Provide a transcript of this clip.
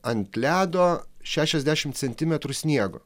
ant ledo šešiasdešimt centimetrų sniego